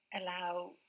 allow